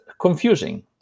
confusing